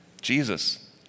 Jesus